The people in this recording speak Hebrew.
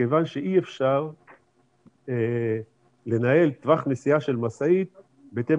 מכיוון שאי אפשר לנהל טווח נסיעה של משאית בהתאם